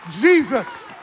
Jesus